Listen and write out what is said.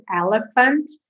Elephant